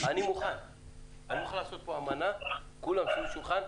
אני מוכן לעשות פה אמנה, כולם סביב השולחן,